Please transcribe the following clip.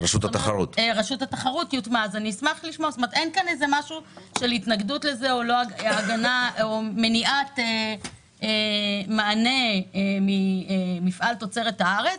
אז אין פה התנגדות לזה או מניעת מענה ממפעל תוצרת הארץ,